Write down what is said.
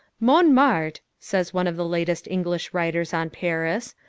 montmartre, says one of the latest english writers on paris,